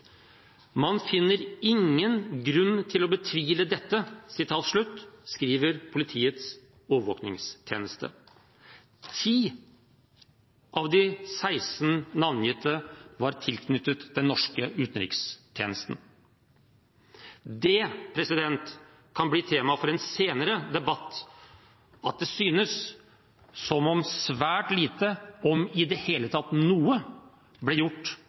Man finner ingen grunn til å betvile dette, skriver Politiets overvåkningstjeneste. 10 av de 16 navngitte var tilknyttet den norske utenrikstjenesten. Det kan bli tema for en senere debatt at det synes som om svært lite, om i det hele tatt noe, ble gjort